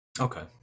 okay